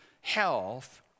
health